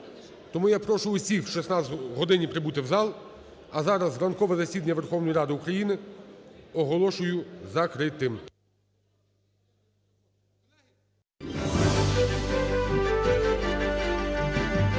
Тому я прошу усіх о 16 годині прибути в зал. А зараз ранкове засідання Верховної Ради України оголошую закритим.